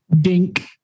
Dink